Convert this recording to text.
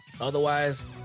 Otherwise